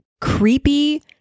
creepy